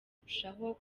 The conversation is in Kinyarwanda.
kurushaho